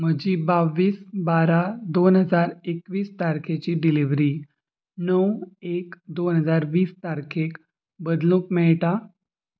म्हजी बावीस बारा दोन हजार एकवीस तारखेची डिलिव्हरी णव एक दोन हजार वीस तारखेक बदलूंक मेळटा